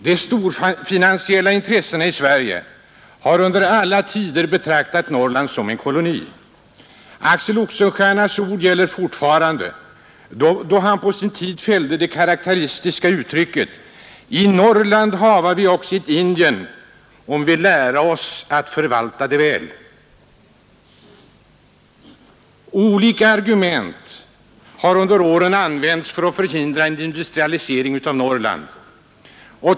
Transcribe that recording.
De storfinansiella intressena i Sverige har under alla tider betraktat Norrland som en koloni. Fortfarande gäller det karakteristiska uttrycket som Axel Oxenstierna fällde: ”I Norrland hava vi också ett Indien om vi lära oss att väl förvalta det.” Olika argument har under åren använts för att förhindra en industrialisering av Norrland.